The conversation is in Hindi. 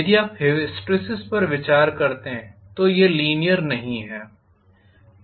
यदि आप हिसटीरेज़िस पर विचार करते हैं तो यह लीनीयर नहीं है